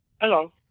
Hello